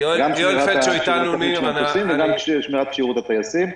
גם שמירת כשירות המטוסים וגם שמירת כשירות הטייסים.